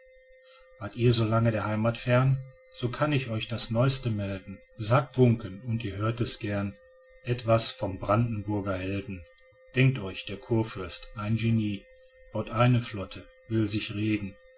wart ihr so lang der heimat fern so kann ich euch das neuste melden sagt buncken und ihr hört es gern etwas vom brandenburger helden denkt euch der kurfürst ein genie baut eine flotte will sich regen